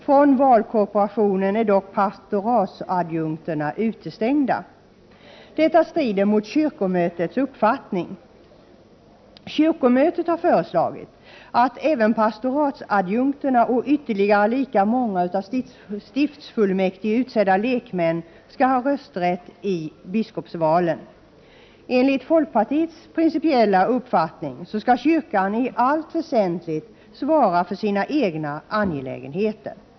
Från valkorporationen är dock pastoratsadjunkterna utestängda. Detta strider mot kyrkomötets uppfattning. Kyrkomötet har föreslagit att även pastoratsadjunkterna och ytterligare lika många av stiftsfullmäktige utsedda lekmän skall ha rösträtt i biskopsvalen. Enligt folkpartiets principiella uppfattning skall kyrkan i allt väsentligt svara för sina egna angelägenheter.